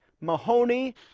Mahoney